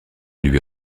lui